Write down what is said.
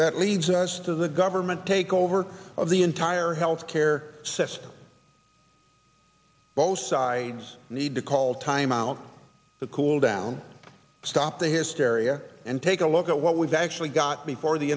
that leads us to the government takeover of the entire health care system both sides need to call time out to cool down stop the hysteria and take a look at what we've actually got before the